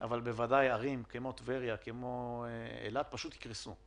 אבל בוודאי ערים כמו טבריה ואילת פשוט יקרסו.